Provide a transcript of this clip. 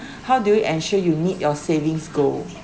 how do you ensure you meet your savings goal